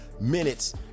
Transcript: minutes